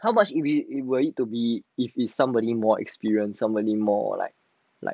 how much will it will need to be if it's somebody more experience somebody more like like